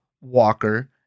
Walker